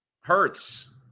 Hurts